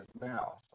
now